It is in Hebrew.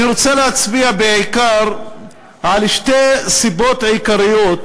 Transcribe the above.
אני רוצה להצביע בעיקר על שתי סיבות עיקריות